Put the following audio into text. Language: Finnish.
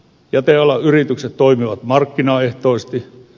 jätealan yritykset toimivat markkinaehtoisesti